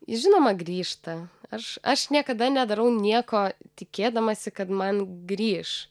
jis žinoma grįžta aš aš niekada nedarau nieko tikėdamasi kad man grįš